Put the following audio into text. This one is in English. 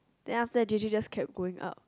then after J_J just kept going up